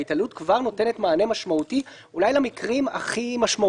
ההתעללות כבר נותנת פתרון משמעותי למקרים המשמעותיים.